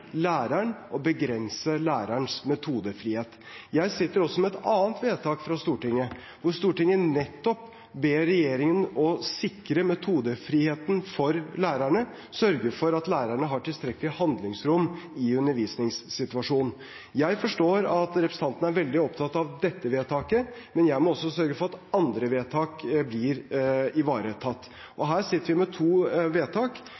læreren og begrense lærerens metodefrihet. Jeg sitter også med et annet vedtak fra Stortinget, hvor Stortinget nettopp ber regjeringen om å sikre metodefriheten for lærerne, sørge for at lærerne har tilstrekkelig handlingsrom i undervisningssituasjonen. Jeg forstår at representanten er veldig opptatt av dette vedtaket, men jeg må også sørge for at andre vedtak blir ivaretatt. Her sitter vi med to vedtak